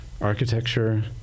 architecture